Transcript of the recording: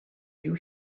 you